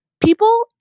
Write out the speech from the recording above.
people